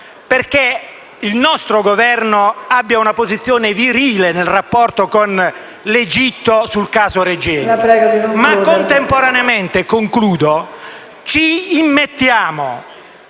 perché il nostro Governo abbia una posizione virile nel rapporto con l'Egitto sul caso Regeni. Contemporaneamente ci immettiamo